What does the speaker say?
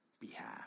behalf